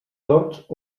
tords